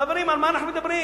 חברים, על מה אנחנו מדברים?